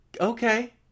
okay